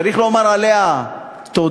צריך לומר עליה תודה,